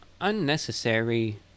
unnecessary